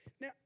Now